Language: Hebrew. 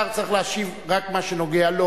השר צריך להשיב רק מה שנוגע לו.